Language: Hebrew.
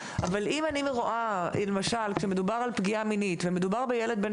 אבל אם אני רואה למשל כשמדובר על פגיעה מינית בילד בן